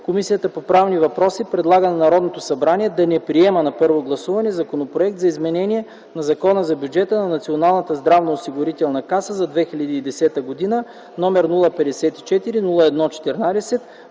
Комисията по правни въпроси предлага на Народното събрание да не приема на първо гласуване Законопроект за изменение на Закона за бюджета на Националната здравноосигурителна каса за 2010 г., № 054-01-14,